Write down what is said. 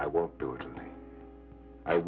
i won't do it